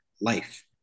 life